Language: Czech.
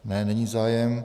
Ne, není zájem.